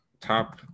top